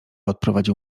odprowadził